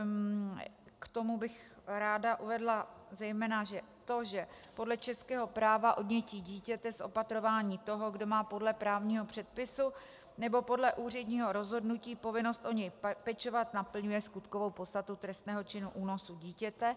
K tomu bych ráda uvedla zejména to, že podle českého práva odnětí dítěte z opatrování toho, kdo má podle právního předpisu nebo podle úředního rozhodnutí povinnost o něj pečovat, naplňuje skutkovou podstatu trestného činu únosu dítěte.